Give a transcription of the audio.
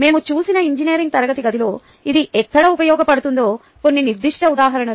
మేము చూసిన ఇంజనీరింగ్ తరగతి గదిలో ఇది ఎక్కడ ఉపయోగపడుతుందో కొన్ని నిర్దిష్ట ఉదాహరణలు